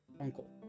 uncle